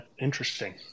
Interesting